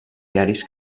diaris